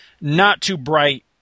not-too-bright